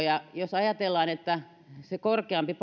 ja jos ajatellaan että se korkeampi